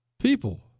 People